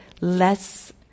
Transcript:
less